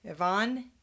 Ivan